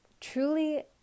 Truly